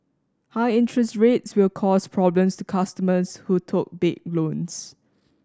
high interest rates will cause problems to customers who took big loans